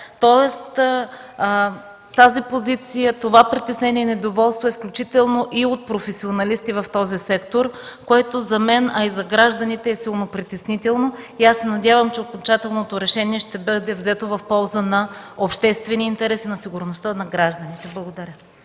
град. Тази позиция, това притеснение и недоволство е включително и от професионалисти в този сектор. Това за мен, а и за гражданите е силно притеснително. Аз се надявам, че окончателното решение ще бъде взето в полза на обществения интерес, на сигурността на гражданите. Благодаря.